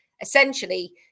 essentially